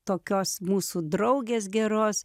tokios mūsų draugės geros